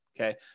Okay